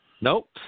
Nope